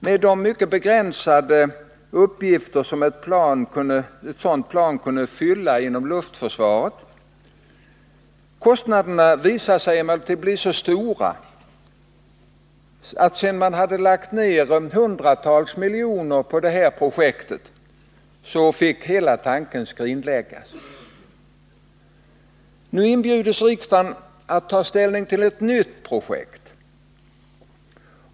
med de mycket begränsade uppgifter som ett sådant plan kunde fylla. Kostnaderna visade sig emellertid bli så stora att sedan man hade lagt ned hundratals miljoner på projektet fick hela tanken skrinläggas. Nu inbjudes riksdagen att ta ställning till ett nytt projekt.